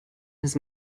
his